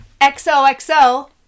XOXO